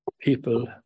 People